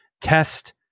test